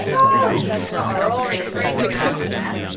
she's got a roaring trade going on back there.